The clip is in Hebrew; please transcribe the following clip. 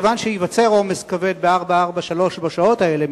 כיוון שייווצר עומס כבד ב-443 בשעות האלה,